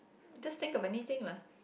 just think of anything lah